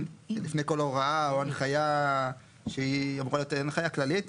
לפני כל הוראה או הנחיה שהיא אמורה להיות הנחיה כללית,